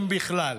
אם בכלל".